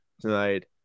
tonight